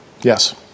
yes